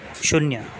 शून्य